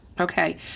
Okay